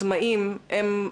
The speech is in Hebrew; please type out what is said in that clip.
עצמאים הם,